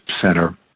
Center